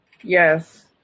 Yes